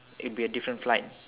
it be a different flight